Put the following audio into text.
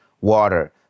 water